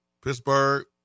pittsburgh